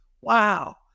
wow